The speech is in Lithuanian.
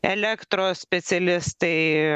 elektros specialistai